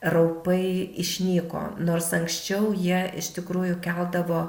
raupai išnyko nors anksčiau jie iš tikrųjų keldavo